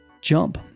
jump